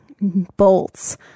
bolts